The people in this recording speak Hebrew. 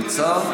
אתה נמצא?